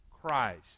Christ